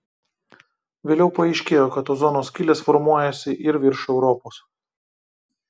vėliau paaiškėjo kad ozono skylės formuojasi ir virš europos